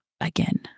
again